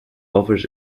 offers